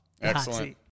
Excellent